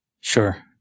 Sure